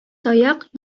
таяк